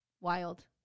Wild